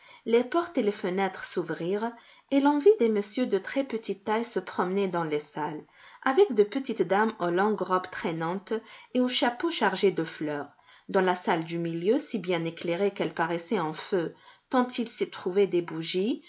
les portes et les fenêtres s'ouvrirent et l'on vit des messieurs de très-petite taille se promener dans les salles avec de petites dames aux longues robes traînantes et aux chapeaux chargés de fleurs dans la salle du milieu si bien éclairée qu'elle paraissait en feu tant il s'y trouvait de bougies